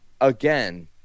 again –